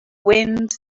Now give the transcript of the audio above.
wind